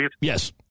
Yes